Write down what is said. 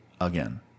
again